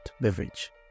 beverage